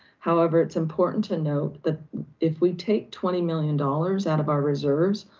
however, it's important to note that if we take twenty million dollars out of our reserves,